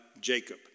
Jacob